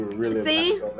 see